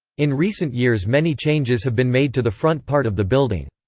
in recent years many changes have been made to the front part of the building.